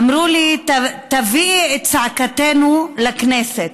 אמרו לי: תביאי את צעקתנו לכנסת,